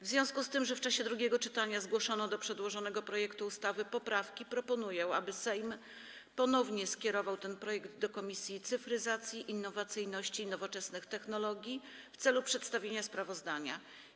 W związku z tym, że w czasie drugiego czytania zgłoszono do przedłożonego projektu ustawy poprawki, proponuję, aby Sejm ponownie skierował ten projekt do Komisji Cyfryzacji, Innowacyjności i Nowoczesnych Technologii w celu przedstawienia sprawozdania.